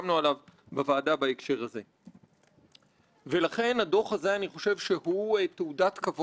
והבנה שיש לנו כלים כמערכת לעשות דברים מעבר למה